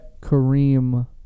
Kareem